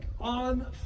on